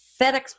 FedEx